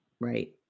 right